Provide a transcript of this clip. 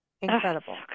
incredible